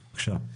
בבקשה.